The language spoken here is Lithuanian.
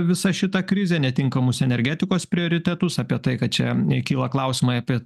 visa šita krizė netinkamus energetikos prioritetus apie tai kad čia kyla klausimai apie